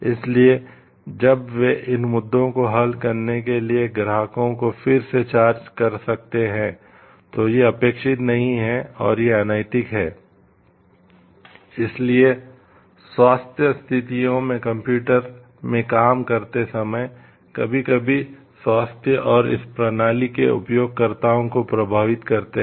इसलिए स्वास्थ्य स्थितियों में कंप्यूटर Computer में काम करते समय कभी कभी स्वास्थ्य और इस प्रणाली के उपयोगकर्ताओं को प्रभावित करते हैं